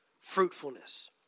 fruitfulness